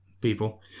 people